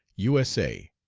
u s a,